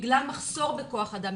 בגלל מחסור בכוח אדם,